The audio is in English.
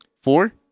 Four